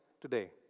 today